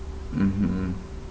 mmhmm